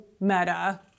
Meta